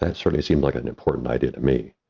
that sort of seemed like an important idea to me.